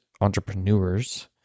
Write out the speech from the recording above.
entrepreneurs